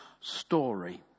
story